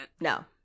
No